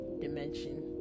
dimension